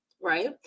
right